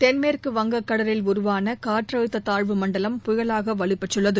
தென்மேற்கு வங்கக்கடலில் உருவான காற்றழுத்த தாழ்வுமண்டலம் புயலாக வலுபெற்றுள்ளது